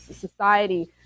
society